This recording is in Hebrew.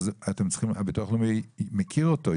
הביטוח הלאומי מכיר אותו,